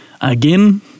again